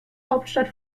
hauptstadt